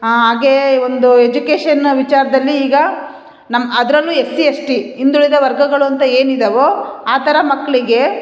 ಹಾಗೇ ಒಂದು ಎಜುಕೇಶನ್ ವಿಚಾರದಲ್ಲಿ ಈಗ ನಮ್ಮ ಅದರಲ್ಲು ಎಸ್ ಸಿ ಎಸ್ ಟಿ ಹಿಂದುಳಿದ ವರ್ಗಗಳು ಅಂತ ಏನು ಇದ್ದಾವೊ ಆ ಥರ ಮಕ್ಕಳಿಗೆ